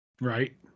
Right